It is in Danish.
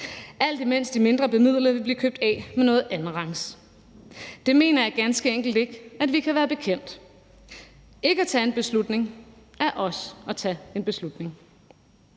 alt imens de mindre bemidlede vil blive købt af med noget andenrangs. Det mener jeg ganske enkelt ikke at vi kan være bekendt. Ikke at tage en beslutning er også at tage en beslutning.